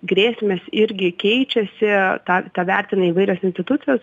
grėsmės irgi keičiasi tą tą vertina įvairios institucijos